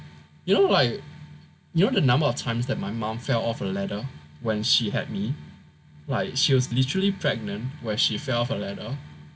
you know like you know the number of times that my mom fell off a ladder when she had me like she was literally pregnant where she fell from a ladder